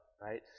right